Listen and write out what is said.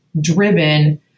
driven